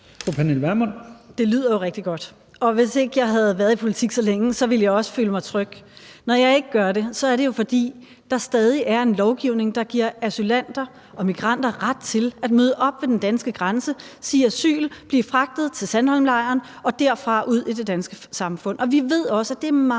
Det lyder jo rigtig godt, og hvis ikke jeg havde været i politik så længe, ville jeg også føle mig tryg. Når jeg ikke gør det, er det jo, fordi der stadig er en lovgivning, der giver asylanter og migranter ret til at møde op ved den danske grænse, sige asyl, blive fragtet til Sandholmlejren og derfra ud i det danske samfund. Og vi ved også, at det er meget,